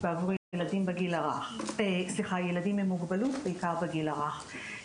בעבור ילדים עם מוגבלות, בעיקר בגיל הרך.